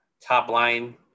top-line